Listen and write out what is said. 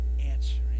answering